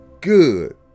good